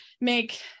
make